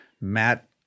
Matt